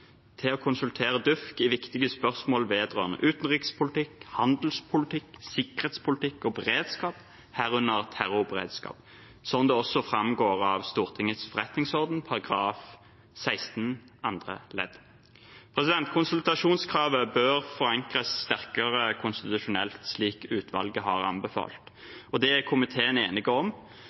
til å konsultere DUUFK i viktige spørsmål vedrørende utenrikspolitikk, handelspolitikk, sikkerhetspolitikk og beredskap, herunder terrorberedskap, som det også framgår av Stortingets forretningsorden § 16 andre ledd. Konsultasjonskravet bør forankres sterkere konstitusjonelt, slik utvalget har anbefalt, og det er komiteen enig om.